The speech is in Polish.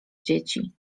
dzieci